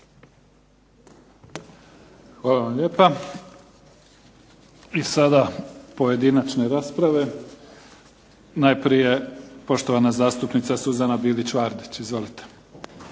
Hvala vam lijepa. I sada pojedinačne rasprave. Najprije poštovana zastupnica Suzana Bilić Vardić. Izvolite.